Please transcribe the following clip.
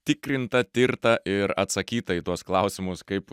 tikrinta tirta ir atsakyta į tuos klausimus kaip